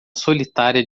solitária